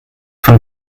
von